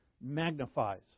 magnifies